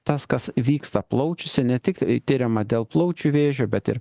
tas kas vyksta plaučiuose ne tik tiriama dėl plaučių vėžio bet ir